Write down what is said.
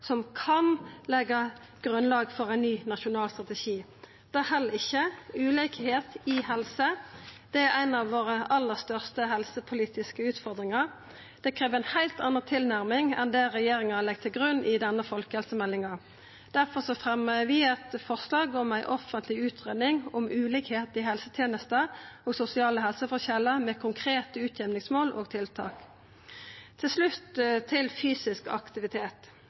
som kan leggja grunnlag for ein ny nasjonal strategi. Det held ikkje. Ulikskap innan helse er ei av våre aller største helsepolitiske utfordringar. Det krev ei heilt anna tilnærming enn det regjeringa legg til grunn i denne folkehelsemeldinga. Derfor fremjar vi eit forslag om ei offentleg utgreiing om ulikskap i helsetenesta og sosiale helseforskjellar, med konkrete utjamningsmål og tiltak. Til slutt til fysisk aktivitet: